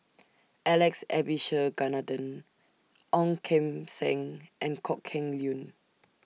Alex Abisheganaden Ong Kim Seng and Kok Heng Leun